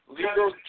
legal